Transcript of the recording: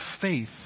faith